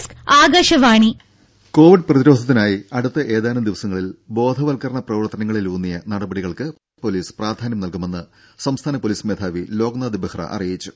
രും കോവിഡ് പ്രതിരോധത്തിനായി അടുത്ത ഏതാനും ദിവസങ്ങളിൽ ബോധവൽക്കരണ പ്രവർത്തനങ്ങളിലൂന്നിയ നടപടികൾക്ക് പൊലീസ് പ്രാധാന്യം നൽകുമെന്ന് സംസ്ഥാന പൊലീസ് മേധാവി ലോക്നാഥ് ബെഹ്റ അറിയിച്ചു